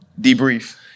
debrief